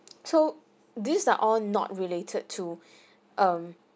so these are all not related to um